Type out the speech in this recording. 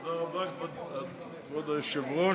תודה רבה, כבוד היושב-ראש.